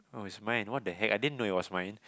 it was mine what the heck I didn't know it was mine